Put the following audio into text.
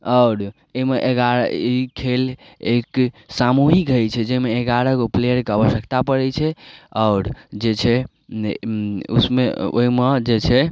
आओर अइमे एगारह ई खेल एक सामूहिक होइ छै जाहिमे एगारह गो प्लेयरके आवश्यकता पड़ै छै आओर जे छै उसमे ओइमे जे छै